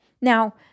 Now